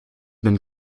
been